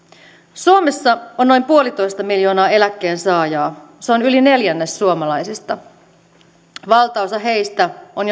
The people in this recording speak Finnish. suomessa on noin puolitoista miljoonaa eläkkeensaajaa se on yli neljännes suomalaisista valtaosa heistä on